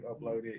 uploaded